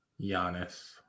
Giannis